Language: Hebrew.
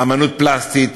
אמנות פלסטית,